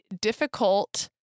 difficult